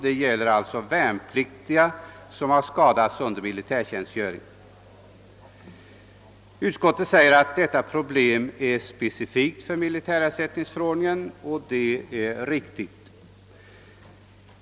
Det gäller alltså värnpliktiga som har skadats under militärtjänstgöring. Utskottet skriver att detta uppräkningsproblem inte är specifikt för militärersättningsförordningen, och det är riktigt.